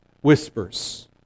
Whispers